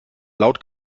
laut